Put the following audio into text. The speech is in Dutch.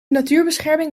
natuurbescherming